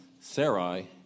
Sarai